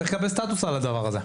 צריך לקבל סטטוס על הדבר הזה.